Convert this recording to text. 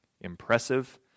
impressive